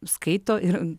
skaito ir